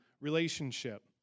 relationship